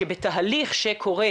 שבתהליך שקורה,